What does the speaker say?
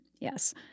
Yes